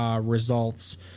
results